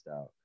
out